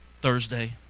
Thursday